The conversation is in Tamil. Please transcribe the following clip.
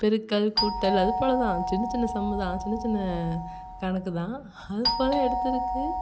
பெருக்கல் கூட்டல் அதுபோல் தான் சின்ன சின்ன சம்மு தான் சின்ன சின்ன கணக்கு தான் அதுபோல் எடுத்ததுக்கு